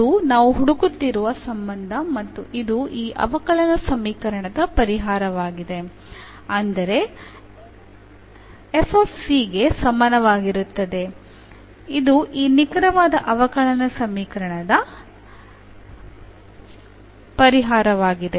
ಅದು ನಾವು ಹುಡುಕುತ್ತಿರುವ ಸಂಬಂಧ ಮತ್ತು ಇದು ಈ ಅವಕಲನ ಸಮೀಕರಣದ ಪರಿಹಾರವಾಗಿದೆ ಅಂದರೆ f c ಗೆ ಸಮನಾಗಿರುತ್ತದೆ ಇದು ಈ ನಿಖರವಾದ ಅವಕಲನ ಸಮೀಕರಣದ ಪರಿಹಾರವಾಗಿದೆ